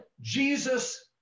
Jesus